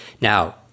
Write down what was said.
Now